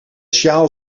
sjaal